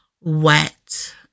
wet